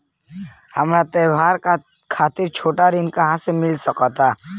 हमरा त्योहार खातिर छोट ऋण कहाँ से मिल सकता?